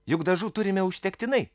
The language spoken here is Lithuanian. juk dažų turime užtektinai